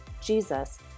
Jesus